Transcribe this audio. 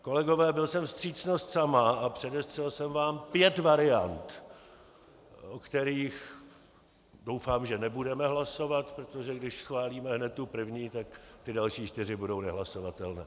Kolegové, byl jsem vstřícnost sama a předestřel jsem vám pět variant, o kterých, doufám, nebudeme hlasovat, protože když schválíme hned tu první, tak ty další čtyři budou nehlasovatelné.